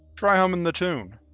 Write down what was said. try humming the tune.